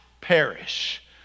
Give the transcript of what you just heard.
perish